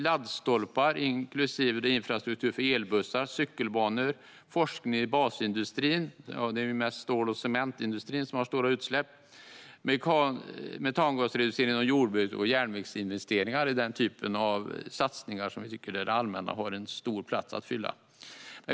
Laddstolpar, inklusive infrastruktur för elbussar, cykelbanor, forskning i basindustrin - det är mest stål och cementindustrin som har stora utsläpp - samt metangasreducering inom jordbruket och järnvägsinvesteringar är den typ av satsningar där vi tycker att det allmänna har en stor plats att fylla.